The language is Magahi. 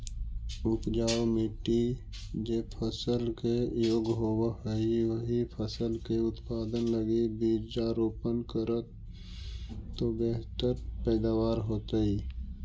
उपजाऊ मट्टी जे फसल के योग्य होवऽ हई, ओही फसल के उत्पादन लगी बीजारोपण करऽ तो बेहतर पैदावार होतइ